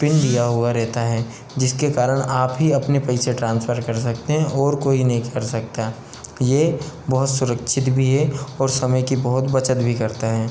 pin दिया हुआ रहता है जिसके कारण आप ही अपने पैसे ट्रांसफ़र कर सकते हैं और कोई नहीं कर सकता है यह बहुत सुरक्षित भी है और समय की बहुत बचत भी करता हैं